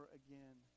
again